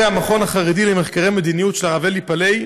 המכון החרדי למחקרי מדיניות של הרב אלי פלאי,